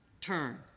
turn